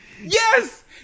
yes